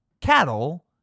cattle